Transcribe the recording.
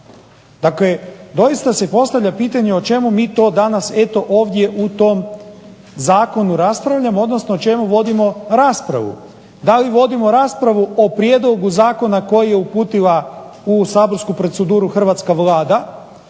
Dakle doista se postavlja pitanje o čemu mi to danas eto ovdje u tom zakonu raspravljamo, odnosno o čemu vodimo raspravu. Da li vodimo raspravu o prijedlogu zakona koji je uputila u saborsku proceduru hrvatska Vlada,